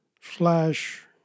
slash